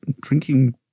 drinking